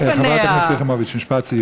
בבקשה, חברת הכנסת יחימוביץ, משפט סיום.